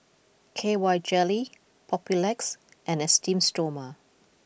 K Y Jelly Papulex and Esteem Stoma